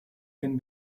can